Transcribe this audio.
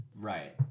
Right